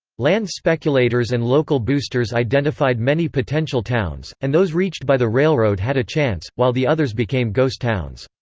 land speculators and local boosters identified many potential towns, and those reached by the railroad had a chance, while the others became ghost towns.